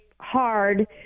hard